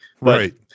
Right